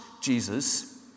Jesus